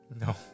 No